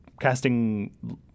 casting